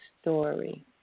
Story